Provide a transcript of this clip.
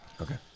Okay